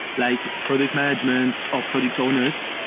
like product management or product owners,